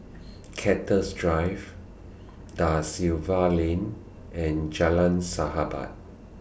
Cactus Drive DA Silva Lane and Jalan Sahabat